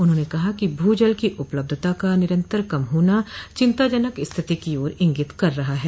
उन्होंने कहा कि भू जल की उपलब्धता का निरन्तर कम होना चिंताजनक स्थिति की ओर इंगित कर रहा है